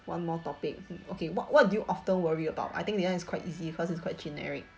one more topic okay what what do you often worry about I think this [one] is quite easy cause it's quite generic